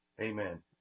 Amen